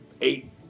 eight